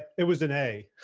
it was an a,